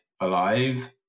alive